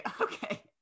okay